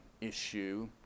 issue